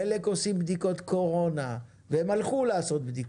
חלק עושים בדיקות קורונה, והם הלכו לעשות בדיקות,